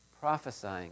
prophesying